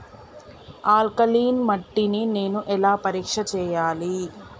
Alkaline మట్టి ని నేను ఎలా పరీక్ష చేయాలి?